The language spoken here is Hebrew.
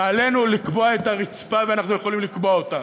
ועלינו לקבוע את הרצפה ואנחנו יכולים לקבוע אותה.